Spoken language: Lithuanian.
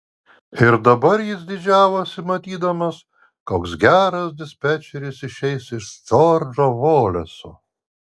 ir dabar jis didžiavosi matydamas koks geras dispečeris išeis iš džordžo voleso